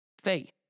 faith